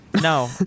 No